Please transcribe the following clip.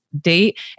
date